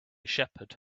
shepherd